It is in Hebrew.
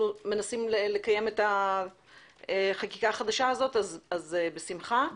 מנסים לקיים את החקיקה החדשה הזאת בשמחה.